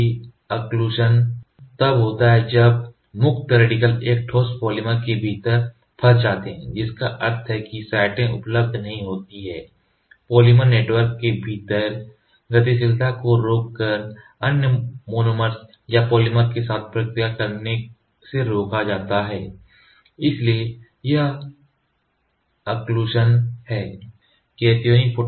occlusion Occlusion रुकावट तब होता है जब मुक्त रेडिकल एक ठोस पॉलीमर के भीतर फंस जाते हैं जिसका अर्थ है कि साइटें उपलब्ध नहीं होती हैं पॉलीमर नेटवर्क के भीतर गतिशीलता को रोककर अन्य मोनोमर या पॉलीमर के साथ प्रतिक्रिया करने से रोका जाता है इसलिए यह अक्लूश़न Occlusion रुकावट है